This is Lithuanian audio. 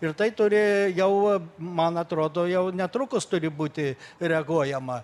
ir tai turi jau man atrodo jau netrukus turi būti reaguojama